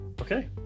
Okay